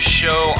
show